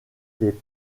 des